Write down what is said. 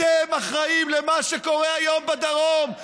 אתם אחראים למה שקורה היום בדרום.